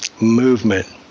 Movement